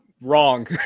wrong